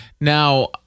Now